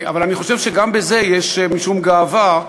אבל אני חושב שגם בזה יש משום גאווה,